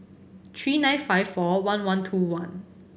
three nine five four one one two one